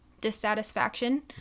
dissatisfaction